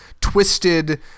twisted